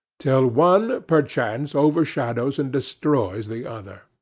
till one, perchance, overshadows and destroys the other.